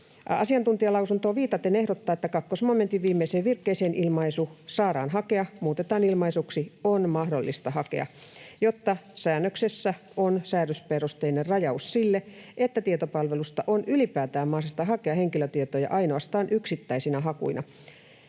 asiantuntijalausuntoon viitaten ehdottaa, että 2-momentin viimeiseen virkkeeseen ilmaisu ”saadaan hakea” muutetaan ilmaisuksi ”on mahdollista hakea”, jotta säännöksessä on säädösperusteinen rajaus sille, että tietopalvelusta on ylipäätään mahdollista hakea henkilötietoja ainoastaan yksittäisinä hakuina.